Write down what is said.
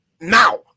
now